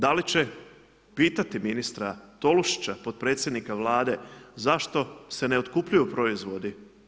Da li će pitati ministra Tolušića, potpredsjednika Vlade zašto se ne otkupljuju proizvodi?